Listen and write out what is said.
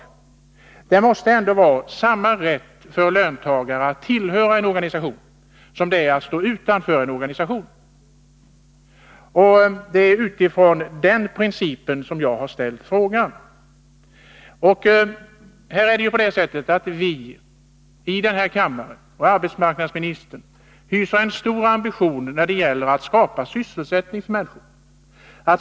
Löntagare måste ändå har samma rätt att tillhöra en organisation som att stå utanför. Det är utifrån den principen som jag här ställt frågan. Vi i den här kammaren och arbetsmarknadsministern hyser en stor ambition när det gäller att skapa sysselsättning för människorna.